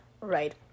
Right